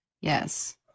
yes